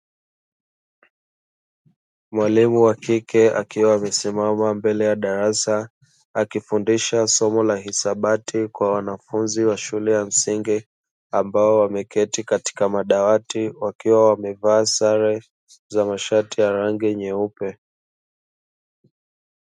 Mwalimu wa kike akiwa amesimama mbele ya darasa akifundisha somo la hisabati kwa wanafunzi wa shule ya msingi, ambao wameketi katika madawati wakiwa wamevaa sare za mashati ya rangi nyeupe.